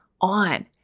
on